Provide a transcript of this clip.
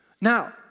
Now